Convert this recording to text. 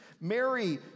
Mary